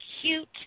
cute